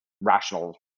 rational